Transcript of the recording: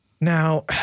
Now